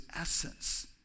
essence